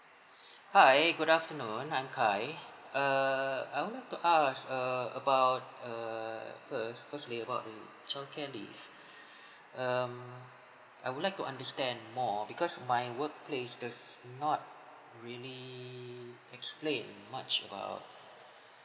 hi good afternoon I'm khai err I would like to ask err about err first firstly about the childcare leave um I would like to understand more because my work place does not really explain much about